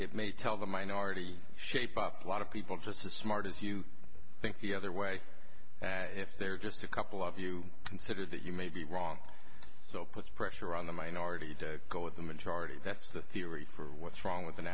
it may tell the minority shapeup lot of people just as smart as you think the other way if they're just a couple of you consider that you may be wrong so puts pressure on the minority to go with a majority that's the theory for what's wrong with an